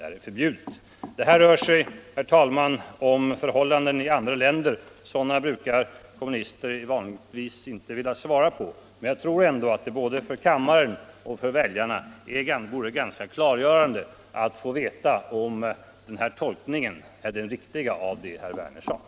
Här rör det sig, herr talman, om förhållanden i andra länder, och sådana frågor brukar kommunister inte vilja svara på. Jag tror ändå att det både för kammaren och för väljarna vore ganska klargörande att få veta om den här tolkningen av vad herr Werner sade är den riktiga.